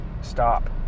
stop